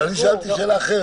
אני שאלתי שאלה אחרת.